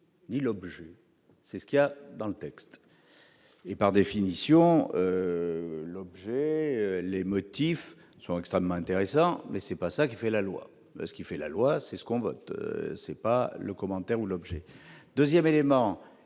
ni l'objet, c'est ce qu'il a dans le texte et par définition l'objet les motifs sont extrêmement intéressants, mais c'est pas ça qui fait la loi, ce qui fait la loi, c'est ce qu'on veut c'est pas le commentaire ou l'objet 2ème élément,